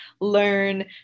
learn